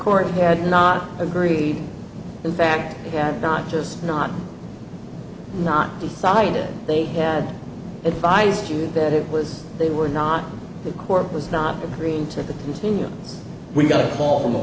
court had not agreed in fact that not just not not decided they had advised you that it was they were not the court was not agreeing to continue we got a call from